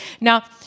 now